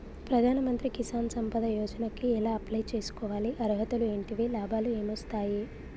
ప్రధాన మంత్రి కిసాన్ సంపద యోజన కి ఎలా అప్లయ్ చేసుకోవాలి? అర్హతలు ఏంటివి? లాభాలు ఏమొస్తాయి?